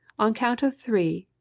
on count of three,